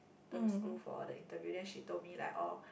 the school for the interview then she told me like orh